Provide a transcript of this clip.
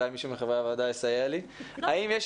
אולי מישהו מחברי הוועדה יסייע לי: האם יש